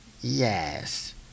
Yes